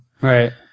Right